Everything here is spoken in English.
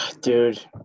dude